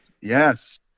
yes